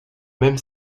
même